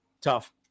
tough